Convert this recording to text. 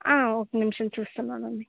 ఆ ఒక్క నిమిషం చూస్తున్నాను అండి